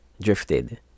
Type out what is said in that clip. drifted